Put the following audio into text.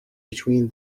between